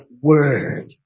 word